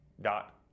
dot